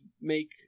make